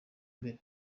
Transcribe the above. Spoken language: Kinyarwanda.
mbere